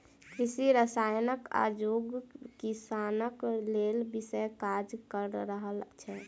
कृषि रसायन आजुक किसानक लेल विषक काज क रहल छै